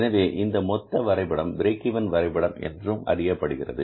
எனவே இந்த மொத்த வரைபடம் பிரேக் ஈவன் வரைபடம் என்று அறியப்படுகிறது